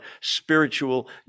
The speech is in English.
spiritual